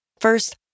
First